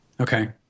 Okay